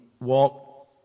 walk